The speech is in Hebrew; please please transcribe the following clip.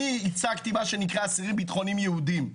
אני ייצגתי אסירים ביטחוניים יהודים.